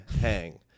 hang